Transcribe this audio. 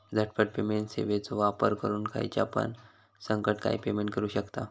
झटपट पेमेंट सेवाचो वापर करून खायच्यापण संकटकाळी पेमेंट करू शकतांव